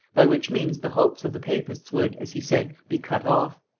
by which means the hopes of the papists would, as he said, be cut off.